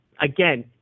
again